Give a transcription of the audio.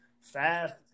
fast